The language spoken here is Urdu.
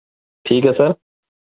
ٹھیک ہے سر